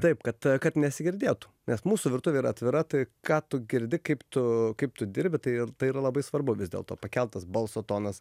taip kad kad nesigirdėtų nes mūsų virtuvė yra atvira tai ką tu girdi kaip tu kaip tu dirbi tai ir tai yra labai svarbu vis dėlto pakeltas balso tonas